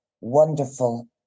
wonderful